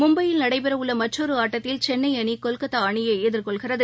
மும்பையில் நடைபெறவுள்ள மற்றொரு ஆட்டத்தில் சென்னை அணி கொல்கத்தா அணியை எதிர்கொள்கிறது